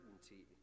certainty